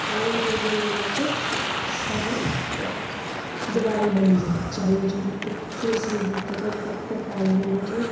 ओह् केह् बनी गी इक शैल इक दवाई बनी चाही बिच्च तुलसियै बूहटे दे पत्तर पाउड़े ओह्दे च